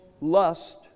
lust